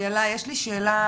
איילת יש לי שאלה,